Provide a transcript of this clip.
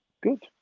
good